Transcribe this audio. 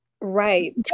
right